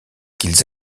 qu’ils